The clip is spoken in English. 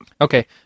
Okay